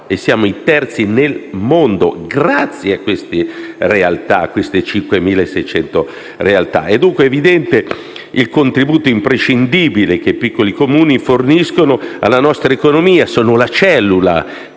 Europa e i terzi nel mondo grazie a queste 5.600 realtà. È dunque evidente il contributo imprescindibile che i piccoli Comuni forniscono alla nostra economia - sono una cellula